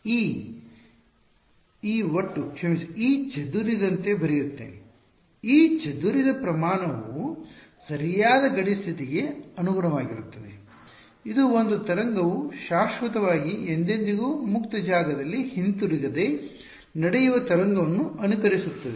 ಈ E ಒಟ್ಟು ಕ್ಷಮಿಸಿ E ಚದುರಿದಂತೆ ಬರೆಯುತ್ತೇನೆ E ಚದುರಿದ ಪ್ರಮಾಣವು ಸರಿಯಾದ ಗಡಿ ಸ್ಥಿತಿಗೆ ಅನುಗುಣವಾಗಿರುತ್ತದೆ ಇದು ಒಂದು ತರಂಗವು ಶಾಶ್ವತವಾಗಿ ಎಂದೆಂದಿಗೂ ಮುಕ್ತ ಜಾಗದಲ್ಲಿ ಹಿಂತಿರುಗದೇ ನಡೆಯುವ ತರಂಗವನ್ನು ಅನುಕರಿಸುತ್ತದೆ